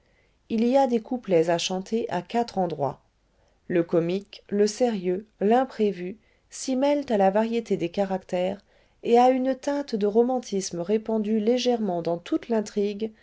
il y a des couplets a chanter a quatre endroits le comique le sérieux l'imprévu s'y mêlent à la variété des caractères et a une teinte de romantisme répandue légèrement dans toute l'intrigue